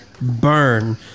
burn